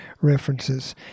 references